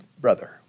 brother